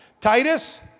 Titus